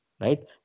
right